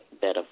better